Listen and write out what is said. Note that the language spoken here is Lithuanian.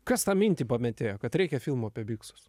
kas tą mintį pametėjo kad reikia filmo apie biksus